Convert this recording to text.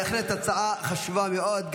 בהחלט הצעה חשובה מאוד.